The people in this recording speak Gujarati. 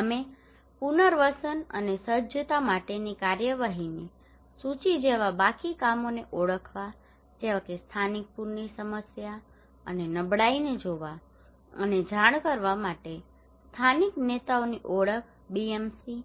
અમે પુનર્વસન અને સજ્જતા માટેની કાર્યવાહીની સૂચિ જેવા બાકી કામોને ઓળખવા જેવા કે સ્થાનિક પૂરની સમસ્યા અને નબળાઈને જોવા અને જાણ કરવા માટે સ્થાનિક નેતાઓની ઓળખ BMC